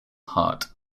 hart